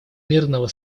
мирного